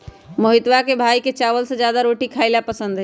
मोहितवा के भाई के चावल से ज्यादा रोटी खाई ला पसंद हई